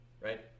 Right